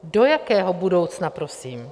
Do jakého budoucna prosím?